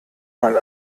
mal